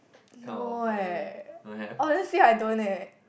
no eh honestly I don't eh